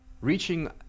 reaching